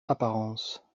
apparences